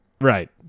Right